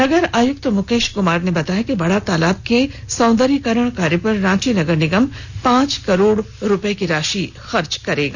नगर आयुक्त मुकेश कुमार ने बताया कि बड़ा तालाब के सौंदर्यीकरण कार्य पर रांची नगर निगम पांच करोड़ की राशि खर्च करेगी